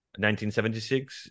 1976